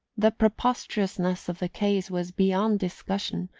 the preposterousness of the case was beyond discussion,